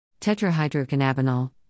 Tetrahydrocannabinol